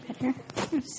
better